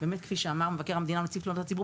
כפי שאמר מבקר המדינה ונציב תלונות הציבור,